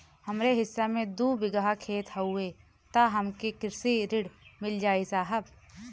हमरे हिस्सा मे दू बिगहा खेत हउए त हमके कृषि ऋण मिल जाई साहब?